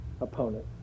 opponent